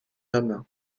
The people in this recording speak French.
homme